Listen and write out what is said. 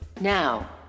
Now